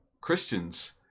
Christians